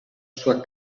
sua